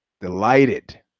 Delighted